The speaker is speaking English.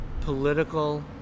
political